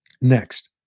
Next